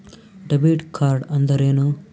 Debit ಕಾರ್ಡ್ಅಂದರೇನು?